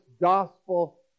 gospel